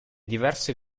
diverse